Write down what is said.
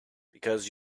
because